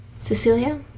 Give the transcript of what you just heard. Cecilia